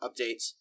updates